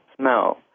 smell